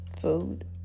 Food